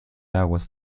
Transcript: aguas